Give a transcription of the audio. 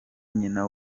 nyina